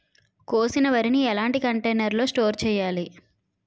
కోసిన వరిని ఎలాంటి కంటైనర్ లో స్టోర్ చెయ్యాలి?